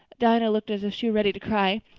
diana looked as if she were ready to cry.